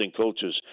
coaches